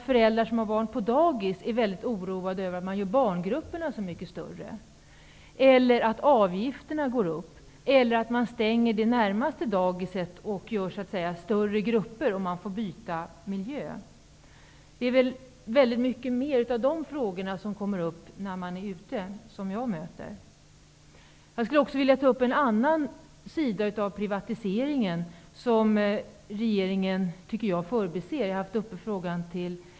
Föräldrar som har barn på dagis är väldigt oroade över att barngrupperna görs så mycket större, att avgifterna går upp och att det närmaste dagiset stängs så att barnen får byta miljö. Det är mer dessa frågor som jag möter när jag är ute. Jag skulle också vilja ta upp en annan sida av privatiseringen, som regeringen förbiser.